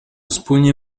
spune